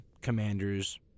commanders